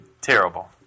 Terrible